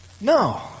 No